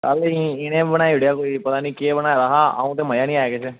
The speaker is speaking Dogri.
कल्ल इनें बनाई ओड़ेआ कोई पता नी केह् बनाया हा अंऊ ते मज़ा निं आया किश